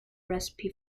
recipe